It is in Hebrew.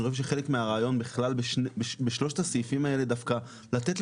אני חושב שחלק מהרעיון בכלל בשלושת הסעיפים האלה דווקא לתת את